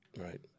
Right